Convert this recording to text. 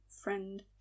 friend